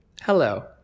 Hello